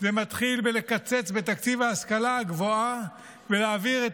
זה מתחיל בלקצץ בתקציב ההשכלה הגבוהה ולהעביר את